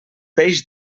peix